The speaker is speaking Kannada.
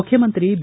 ಮುಖ್ಯಮಂತ್ರಿ ಬಿ